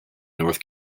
north